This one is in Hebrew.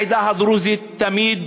העדה הדרוזית תמיד